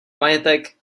majetek